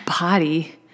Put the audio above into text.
body